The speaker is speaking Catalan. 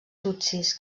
tutsis